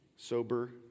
Sober